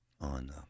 on